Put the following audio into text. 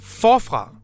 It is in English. forfra